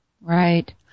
Right